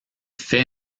fait